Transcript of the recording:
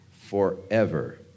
forever